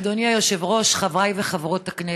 אדוני היושב-ראש, חברי וחברות הכנסת,